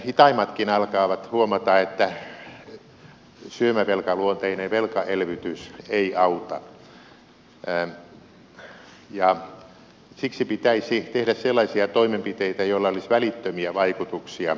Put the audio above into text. hitaimmatkin alkavat huomata että syömävelkaluonteinen velkaelvytys ei auta ja siksi pitäisi tehdä sellaisia toimenpiteitä joilla olisi välittömiä vaikutuksia